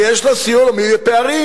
שיש לה שיא עולמי בפערים.